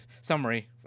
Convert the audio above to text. summary